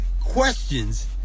questions